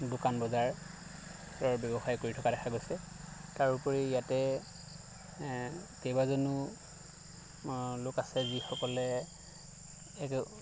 দোকান বজাৰৰ ব্যৱসায় কৰি থকা দেখা গৈছে তাৰোপৰি ইয়াতে কেইবাজনো লোক আছে যিসকলে এইটো